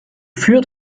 führt